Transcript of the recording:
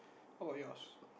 how about yours